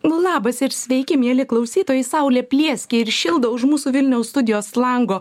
labas ir sveiki mieli klausytojai saulė plieskia ir šildo už mūsų vilniaus studijos lango